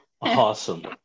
Awesome